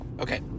Okay